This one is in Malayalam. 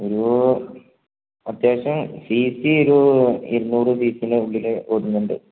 ഒരു അത്യാവശ്യം സി സി ഒരു ഇരുന്നൂറ് സി സി യുടെ ഉള്ളിൽ ഓടുന്നത്